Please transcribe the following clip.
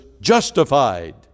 justified